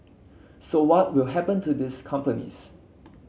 so what will happen to these companies